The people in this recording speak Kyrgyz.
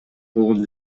болгон